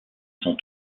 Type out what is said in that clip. son